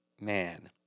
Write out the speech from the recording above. Man